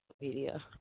media